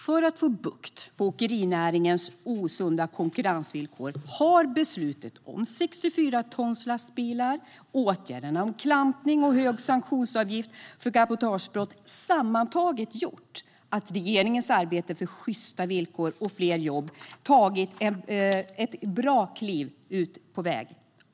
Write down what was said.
För att få bukt med åkerinäringens osunda konkurrensvillkor har beslutet om 64-tonslastbilar och åtgärderna i fråga om klampning och hög sanktionsavgift för cabotagebrott sammantagna gjort att regeringens arbete för sjysta villkor och fler jobb tagit ett bra kliv på väg.